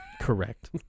correct